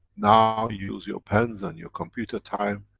now use your pens and your computer time,